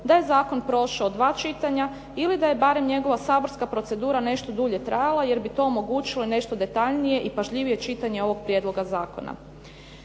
da je zakon prošao dva čitanja ili da je barem njegova saborska procedura nešto dulje trajala jer bi to omogućilo nešto detaljnije i pažljivije čitanje ovog prijedloga zakona.